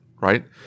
right